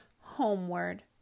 homeward